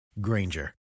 Granger